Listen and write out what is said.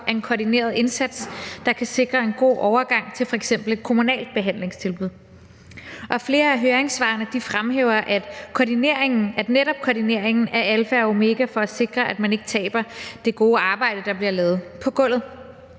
af en koordineret indsats, der kan sikre en god overgang til f.eks. et kommunalt behandlingstilbud. Flere af høringssvarene fremhæver, at netop koordineringen er alfa og omega for at sikre, at man ikke taber det gode arbejde, der bliver lavet, på gulvet.